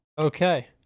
okay